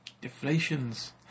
deflation's